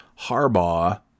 Harbaugh